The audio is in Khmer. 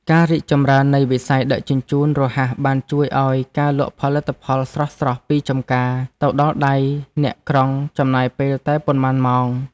ការរីកចម្រើននៃវិស័យដឹកជញ្ជូនរហ័សបានជួយឱ្យការលក់ផលិតផលស្រស់ៗពីចម្ការទៅដល់ដៃអ្នកក្រុងចំណាយពេលតែប៉ុន្មានម៉ោង។